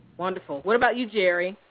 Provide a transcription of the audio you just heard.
wonderful. what about you, jerry?